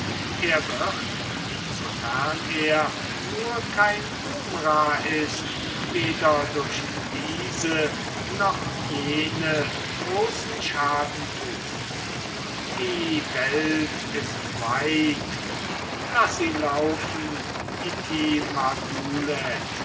er wird in so fern er nur kein omrah ist weder durch diese noch jene großen schaden tun die welt ist weit laß ihn laufen